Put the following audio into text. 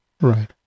Right